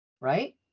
right